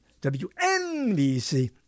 WNBC